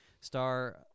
Star